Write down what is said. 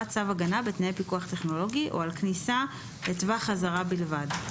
צו הגנה בתנאי פיקוח טכנולוגי או על כניסה לטווח אזהרה בלבד.